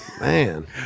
man